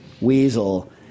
weasel